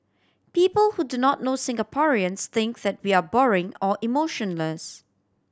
people who do not know Singaporeans think that we are boring or emotionless